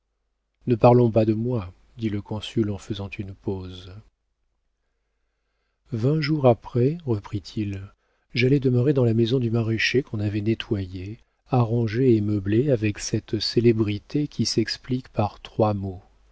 ne parlons pas de moi dit le consul en faisant une pause vingt jours après reprit-il j'allai demeurer dans la maison du maraîcher qu'on avait nettoyée arrangée et meublée avec cette célérité qui s'explique par trois mots